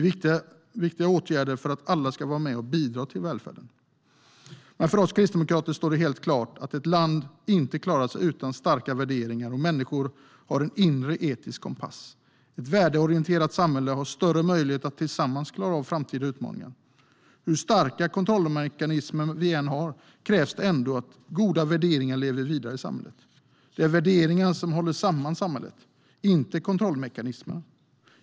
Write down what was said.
Det är viktiga åtgärder för att alla ska vara med och bidra till välfärden. För oss kristdemokrater står det helt klart att ett land inte klarar sig utan starka värderingar, och människor har en inre etisk kompass. Ett värdeorienterat samhälle har större möjlighet att tillsammans klara av framtida utmaningar. Hur starka kontrollmekanismer vi än har krävs ändå att goda värderingar lever vidare i samhället. Det är värderingar som håller samman samhället, inte kontrollmekanismer.